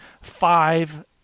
Five